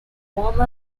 warm